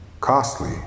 costly